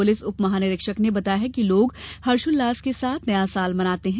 police उपमहानिरीक्षक ने बताया कि लोग हर्षोल्लास के साथ नया साल मनाते हैं